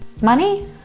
Money